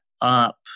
up